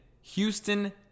Houston